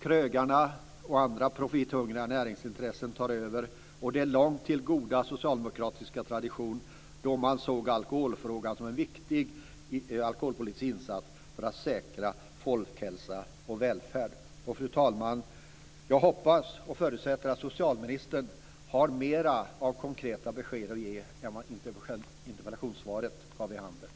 Krögarna och andra profithungriga näringsintressen tar över, och det är långt till goda socialdemokratiska traditioner då man såg alkoholpolitiken som en viktig insats för att säkra folkhälsa och välfärd. Fru talman! Jag hoppas och förutsätter att socialministern har mer av konkreta besked att ge än vad interpellationssvaret gav vid handen.